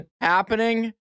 happening